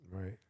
Right